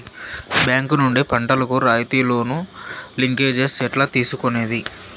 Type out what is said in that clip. Bank నుండి పంటలు కు రాయితీ లోను, లింకేజస్ ఎట్లా తీసుకొనేది?